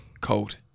Cold